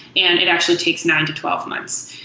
and it actually takes nine to twelve months.